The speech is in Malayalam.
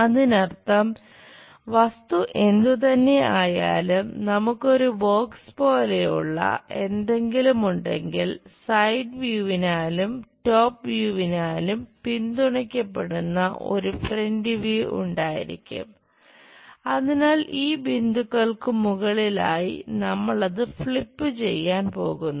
അതിനർത്ഥം വസ്തു എന്തുതന്നെ ആയാലും നമുക്ക് ഒരു ബോക്സ് പോലെയുള്ള എന്തെങ്കിലും ഉണ്ടെങ്കിൽ സൈഡ് വ്യൂവിനാലും ചെയ്യാൻ പോകുന്നു